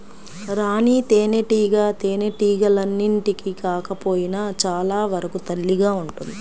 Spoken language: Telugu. రాణి తేనెటీగ తేనెటీగలన్నింటికి కాకపోయినా చాలా వరకు తల్లిగా ఉంటుంది